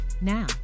Now